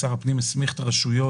שר הפנים הסמיך את הרשויות